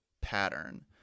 pattern